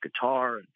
guitar